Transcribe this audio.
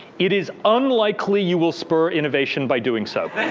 it is unlikely you will spur innovation by doing so.